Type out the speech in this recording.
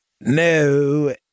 no